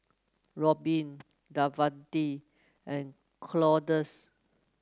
Robyn Davante and Claudius